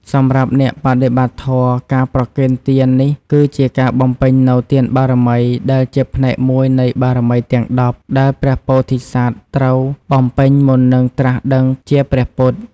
សម្រាប់អ្នកបដិបត្តិធម៌ ការប្រគេនទាននេះគឺជាការបំពេញនូវទានបារមី ដែលជាផ្នែកមួយនៃបារមីទាំង ១០ ដែលព្រះពោធិសត្វត្រូវបំពេញមុននឹងត្រាស់ដឹងជាព្រះពុទ្ធ។